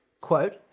quote